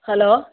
hello